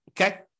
Okay